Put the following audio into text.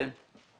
כן.